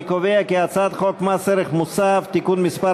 אני קובע כי הצעת חוק מס ערך מוסף (תיקון מס'